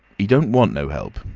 he don't want no help,